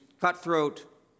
cutthroat